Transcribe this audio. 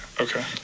okay